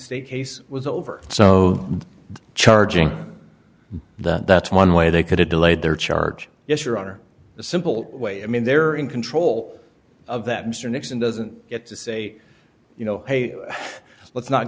state case was over so charging that that's one way they could have delayed their charge yes your honor the simple way i mean they're in control of that mr nixon doesn't get to say you know let's not